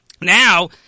Now